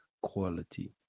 quality